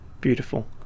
beautiful